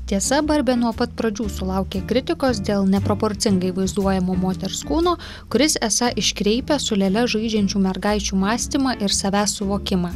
tiesa barbė nuo pat pradžių sulaukė kritikos dėl neproporcingai vaizduojamo moters kūno kuris esą iškreipia su lėle žaidžiančių mergaičių mąstymą ir savęs suvokimą